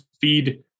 feed